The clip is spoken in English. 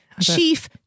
chief